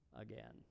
again